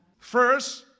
First